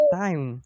time